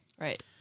Right